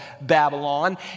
Babylon